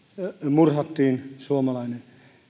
murhattiin suomalainen